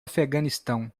afeganistão